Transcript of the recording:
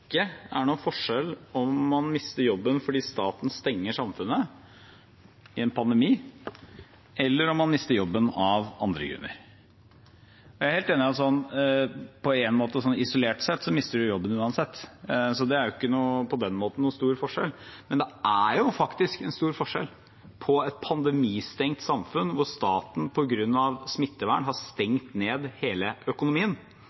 er noen forskjell på om man mister jobben fordi staten stenger samfunnet i en pandemi, eller om man mister jobben av andre grunner. Jeg er helt enig i at isolert sett mister man jobben uansett, så det er ikke på den måten noen stor forskjell, men det er faktisk en stor forskjell på et pandemistengt samfunn hvor staten på grunn av smittevern har stengt ned hele økonomien,